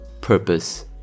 purpose